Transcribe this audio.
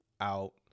out